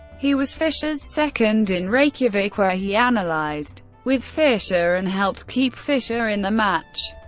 he was fischer's second in reykjavik, where he analyzed with fischer, and helped keep fischer in the match.